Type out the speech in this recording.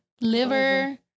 Liver